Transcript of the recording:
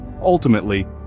ultimately